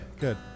good